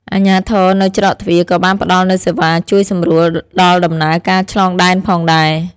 អាជ្ញាធរនៅច្រកទ្វារក៏បានផ្តល់នូវសេវាជួយសម្រួលដល់ដំណើរការឆ្លងដែនផងដែរ។